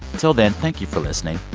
until then, thank you for listening.